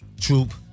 Troop